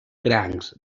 crancs